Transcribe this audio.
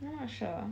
I'm not sure